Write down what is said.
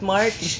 March